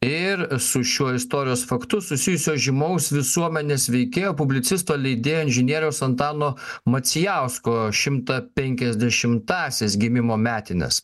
ir su šiuo istorijos faktu susijusio žymaus visuomenės veikėjo publicisto leidėjo inžinieriaus antano macijausko šimtą penkiasdešimtąsias gimimo metines